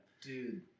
dude